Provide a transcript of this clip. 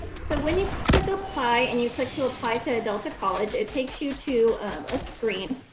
so when you click apply and you click to apply to delta college it takes you to screen